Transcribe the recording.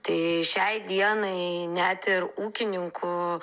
tai šiai dienai net ir ūkininkų